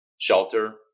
shelter